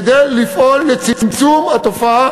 כדי לפעול לצמצום התופעה